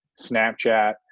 snapchat